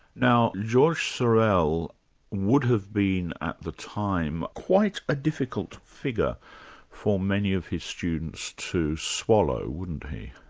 now georges sorel would have been at the time quite a difficult figure for many of his students to swallow, wouldn't he?